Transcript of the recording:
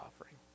offering